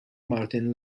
martin